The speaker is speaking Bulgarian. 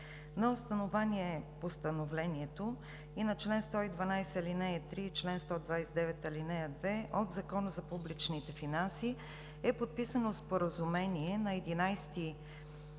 На основание Постановлението и на чл. 112, ал. 3 и чл. 129, ал. 2 от Закона за публичните финанси е подписано Споразумение на 11